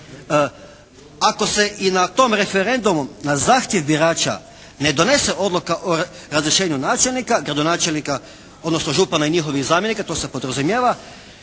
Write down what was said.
ako se i na tom referendumu na zahtjev birača ne donese odluka o razrješenju načelnika, gradonačelnika, odnosno župana i njihovih zamjenika to se podrazumijeva.